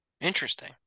Interesting